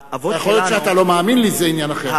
יכול להיות שאתה לא מאמין לי, זה עניין אחר.